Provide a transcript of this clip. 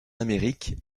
amérique